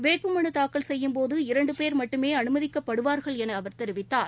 வேட்புமனு தாக்கல் செய்யும்போது இரண்டுபேர் மட்டுமே அனுமதிக்கப்படுவார்கள் என அவர் தெரிவித்தார்